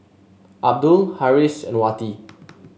Abdul Harris and Wati